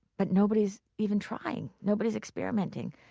but nobody's even trying. nobody's experimenting.